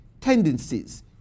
tendencies